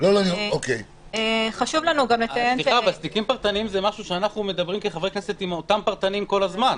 מקרים פרטניים זה משהו שאנחנו מדברים עם אותם מעורבים בהם כל הזמן.